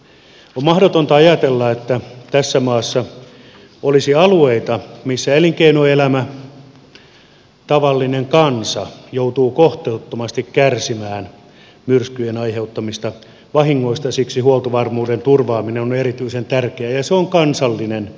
on mahdotonta ajatella että tässä maassa olisi alueita joilla elinkeinoelämä tavallinen kansa joutuvat kohtuuttomasti kärsimään myrskyjen aiheuttamista vahingoista ja siksi huoltovarmuuden turvaaminen on erityisen tärkeää ja se on kansallinen tahtotila